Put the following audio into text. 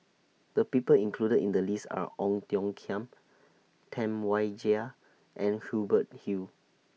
The People included in The list Are Ong Tiong Khiam Tam Wai Jia and Hubert Hill